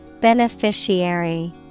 Beneficiary